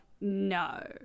No